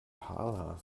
karla